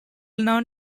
known